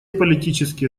политические